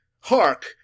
hark